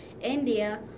India